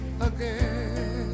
again